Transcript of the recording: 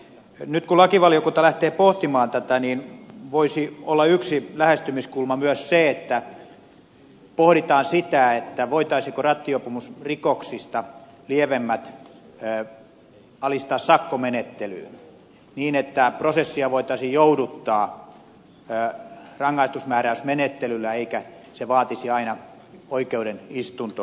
nyt kun lakivaliokunta lähtee pohtimaan tätä niin voisi olla yksi lähestymiskulma myös se että pohditaan sitä voitaisiinko rattijuopumusrikoksista lievemmät alistaa sakkomenettelyyn niin että prosessia voitaisiin jouduttaa rangaistusmääräysmenettelyllä eikä se vaatisi aina oikeuden istuntoa